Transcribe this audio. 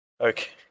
Okay